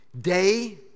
Day